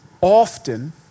often